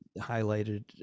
highlighted